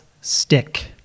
stick